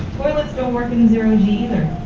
toilets don't work in zero g either.